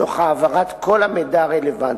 תוך העברת כל המידע הרלוונטי.